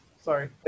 sorry